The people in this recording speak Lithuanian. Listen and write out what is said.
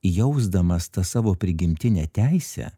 jausdamas tą savo prigimtinę teisę